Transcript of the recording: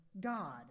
God